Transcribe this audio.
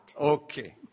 Okay